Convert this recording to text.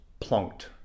plonked